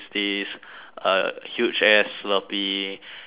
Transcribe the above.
a huge ass slurpee and a